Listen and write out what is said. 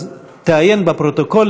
אז, תעיין בפרוטוקולים.